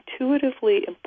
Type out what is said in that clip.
intuitively